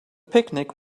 picnic